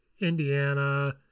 Indiana